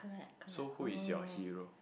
so who is your hero